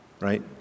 Right